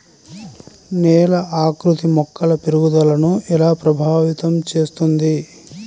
నేల ఆకృతి మొక్కల పెరుగుదలను ఎలా ప్రభావితం చేస్తుంది?